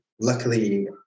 luckily